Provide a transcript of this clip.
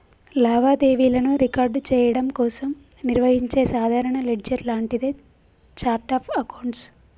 లావాదేవీలను రికార్డ్ చెయ్యడం కోసం నిర్వహించే సాధారణ లెడ్జర్ లాంటిదే ఛార్ట్ ఆఫ్ అకౌంట్స్